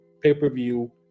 pay-per-view